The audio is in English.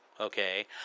Okay